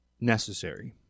necessary